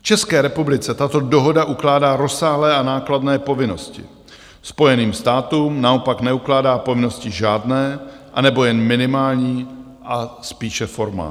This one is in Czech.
České republice tato dohoda ukládá rozsáhlé a nákladné povinnosti, Spojeným státům naopak neukládá povinnosti žádné, anebo jen minimální a spíše formální.